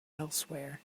elsewhere